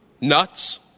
nuts